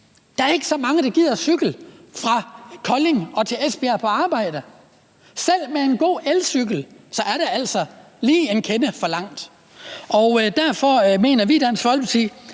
der er ikke så mange, der gider at cykle fra Kolding til Esbjerg for at komme på arbejde, selv med en god elcykel er det altså lige en kende for langt. Derfor mener vi i Dansk Folkeparti,